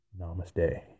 Namaste